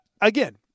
again